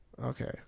okay